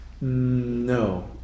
No